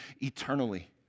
eternally